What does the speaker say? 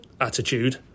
attitude